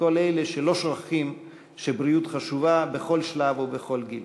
כל אלה שלא שוכחים שבריאות חשובה בכל שלב ובכל גיל.